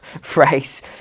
phrase